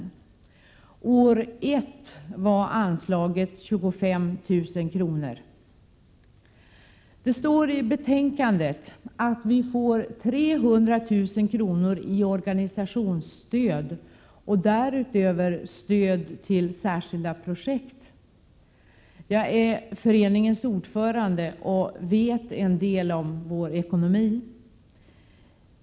Det första året var anslaget 25 000 kr. Det står i betänkandet att vi får 300 000 kr. i organisationsstöd och därutöver stöd till särskilda projekt. Jag är föreningens ordförande och vet en del om vår ekonomi.